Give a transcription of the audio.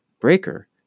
Breaker